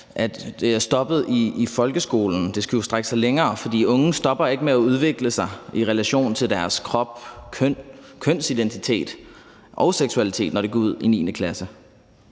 at det er stoppet efter folkeskolen. Det skal jo strække sig længere, for de unge stopper ikke med at udvikle sig i relation til deres krop, køn, kønsidentitet og seksualitet, når de går ud af 9. klasse.